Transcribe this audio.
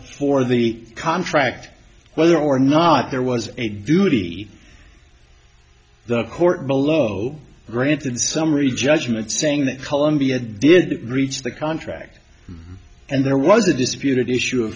for the contract whether or not there was a duty the court below granted summary judgment saying that columbia did reach the contract and there was a disputed issue